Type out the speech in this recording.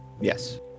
Yes